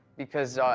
because, ah,